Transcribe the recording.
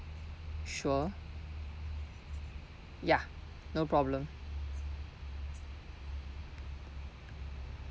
sure ya no problem